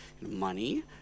money